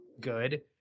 good